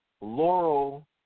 Laurel